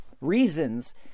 reasons